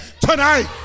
Tonight